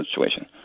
situation